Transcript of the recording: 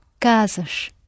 Casas